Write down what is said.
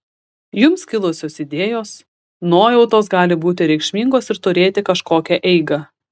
jums kilusios idėjos nuojautos gali būti reikšmingos ir turėti kažkokią eigą